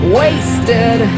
wasted